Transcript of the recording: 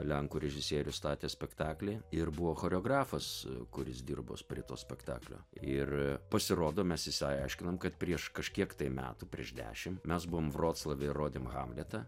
lenkų režisierius statė spektaklį ir buvo choreografas kuris dirbo prie to spektaklio ir pasirodo mes išsiaiškinam kad prieš kažkiek metų prieš dešimt mes buvom vroclave rodėm hamletą